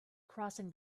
crossing